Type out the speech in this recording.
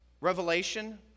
Revelation